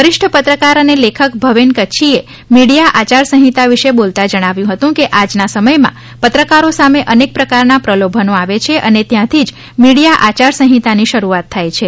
વરિષ્ઠ પત્રકાર અને લેખક ભવેન કચ્છીએ મીડિયા આચારસંહિતા વિશે બોલતાં જણાવ્યું હતું કે આજના સમયમાં પત્રકારો સામે અનેક પ્રકારના પ્રલોભનો આવે છે અને ત્યાંથી જ મીડિયા આચારસંહિતાની શરૂઆત થાય છે